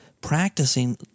practicing